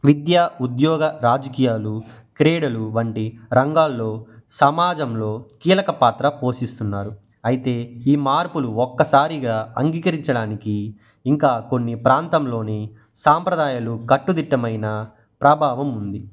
విద్య ఉద్యోగ రాజకీయాలు క్రీడలు వంటి రంగాల్లో సమాజంలో కీలక పాత్ర పోషిస్తు ఉన్నారు అయితే ఈ మార్పులు ఒక్కసారిగా అంగీకరించడానికి ఇంకా కొన్ని ప్రాంతంలోని సంప్రదాయాలు కట్టుదిట్టమైన ప్రభావం ఉంది